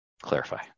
clarify